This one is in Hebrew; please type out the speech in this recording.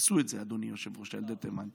עשו את זה, אדוני היושב-ראש, לילדי תימן.